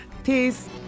Peace